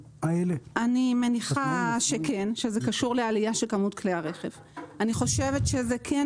אני מניחה שכן, שזה קשור לעלייה של כמות כלי הרכב.